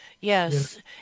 yes